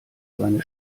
seine